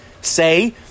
Say